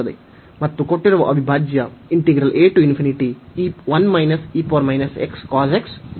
ಮತ್ತು ಕೊಟ್ಟಿರುವ ಅವಿಭಾಜ್ಯ ಒಮ್ಮುಖವಾಗುತ್ತದೆ